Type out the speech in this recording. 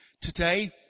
Today